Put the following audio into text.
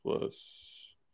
plus